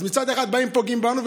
אז מצד אחד פוגעים בנו,